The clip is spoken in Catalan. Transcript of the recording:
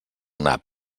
nap